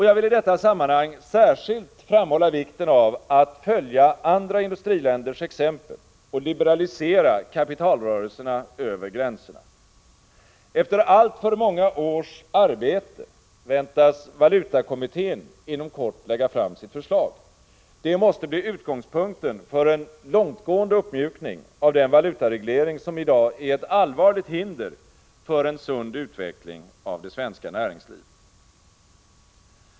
Jag vill i detta sammanhang särskilt framhålla vikten av att följa andra industriländers exempel och liberalisera kapitalrörelserna över gränserna. Efter alltför många års arbete väntas valutakommittén inom kort lägga fram sitt förslag. Det måste bli utgångspunkten för en långtgående uppmjukning av den valutareglering som i dag är ett allvarligt hinder för en sund utveckling av det svenska näringslivet.